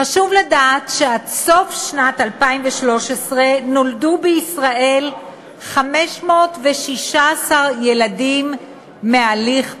חשוב לדעת שעד סוף שנת 2013 נולדו בישראל 516 ילדים בהליך פונדקאות.